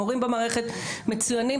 המורים במערכת מצוינים,